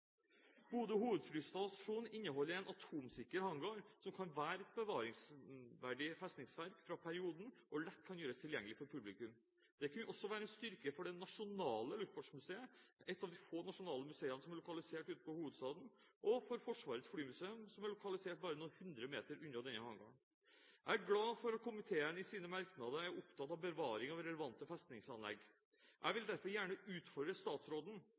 Bodø hovedflystasjon inneholder en atomsikker hangar som kan være et bevaringsverdig festningsverk fra perioden, og som lett kan gjøres tilgjengelig for publikum. Det vil også kunne være en styrke for det nasjonale luftfartsmuseet, et av de få nasjonale museer som er lokalisert utenfor hovedstaden, og for Forsvarets flymuseum, som er lokalisert bare noen hundre meter unna denne hangaren. Jeg er glad for at komiteen i sine merknader er opptatt av bevaring av relevante festningsanlegg. Jeg vil derfor gjerne utfordre statsråden